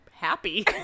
Happy